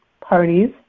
parties